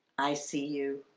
i see you